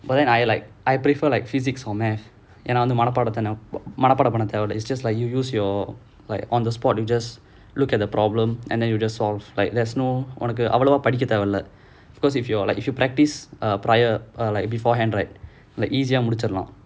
but then I like I prefer like physics or mathematics and என்ன வந்து மனப்பாடம் பண்ண தேவை இல்லை:ennavanthu manapaadam panna thevai illai it's just like you use like on the spot you just look at the problem and then you just solve like less உனக்கு அவ்ளோவா படிக்க தேவை இல்லை:unnakku avlovaa padikka thevai illai because if you're like if you practice err prior err beforehand right like easy eh முடிச்சிடலாம்:mudichidalaam